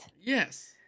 Yes